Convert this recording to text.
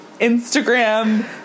Instagram